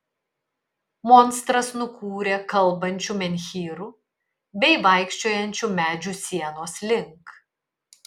monstras nukūrė kalbančių menhyrų bei vaikščiojančių medžių sienos link